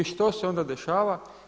I što se onda dešava?